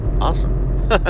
Awesome